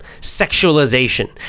Sexualization